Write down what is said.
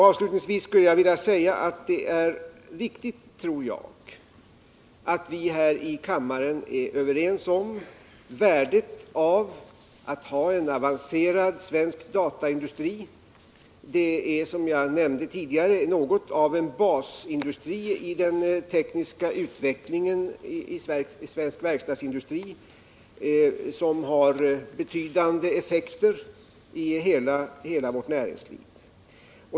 Avslutningsvis vill jag framhålla att jag tror att det är viktigt att vi här i kammaren är överens om värdet av att ha en avancerad svensk dataindustri. Som jag nämnde tidigare utgör en sådan något av en basindustri när det gäller den tekniska utvecklingen i svensk verkstadsindustri, och den har som sådan betydelse för hela vårt näringsliv.